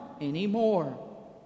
anymore